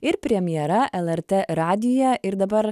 ir premjera lrt radijuje ir dabar